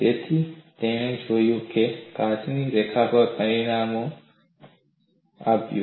તેથી તેણે જે કર્યું તે તેણે કાચના રેસા પર પરિણામ આપ્યું